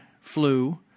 Flu